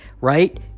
right